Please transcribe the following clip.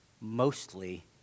mostly